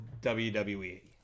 WWE